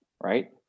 right